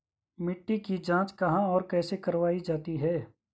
मिट्टी की जाँच कहाँ और कैसे करवायी जाती है?